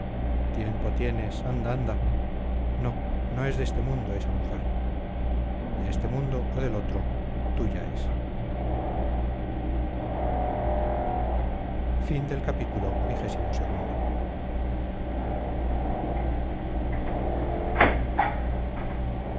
tiempo tienes anda anda no no es de este mundo esa mujer de este mundo o del otro tuya es